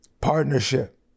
Partnership